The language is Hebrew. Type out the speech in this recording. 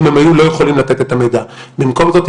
במקום זאת,